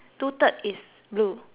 blue